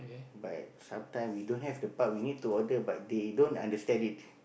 but sometime we don't have the part we need to order but they don't understand it